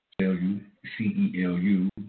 C-E-L-U